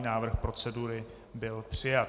Návrh procedury byl přijat.